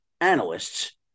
analysts